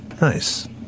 Nice